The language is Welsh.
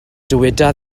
dyweda